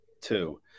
two